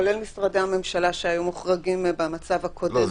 כולל משרדי הממשלה שהיו מוחרגים במצב הקודם --- לא,